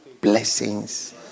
blessings